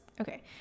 okay